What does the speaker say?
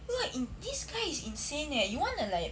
you're in~ this guy is insane eh you want to like